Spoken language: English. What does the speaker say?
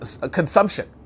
consumption